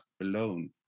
alone